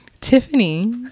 Tiffany